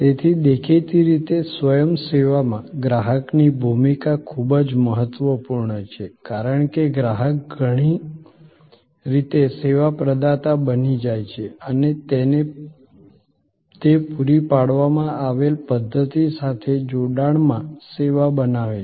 તેથી દેખીતી રીતે સ્વયં સેવામાં ગ્રાહકની ભૂમિકા ખૂબ જ મહત્વપૂર્ણ છે કારણ કે ગ્રાહક ઘણી રીતે સેવા પ્રદાતા બની જાય છે અને તે પૂરી પાડવામાં આવેલ પધ્ધતિ સાથે જોડાણમાં સેવા બનાવે છે